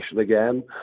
again